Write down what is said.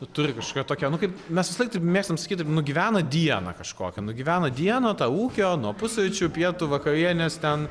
turi kažkokią tokią nu kaip mes visąlaik mėgstam sakyti nugyvena dieną kažkokią nugyvena dieną tą ūkio nuo pusryčių pietų vakarienės ten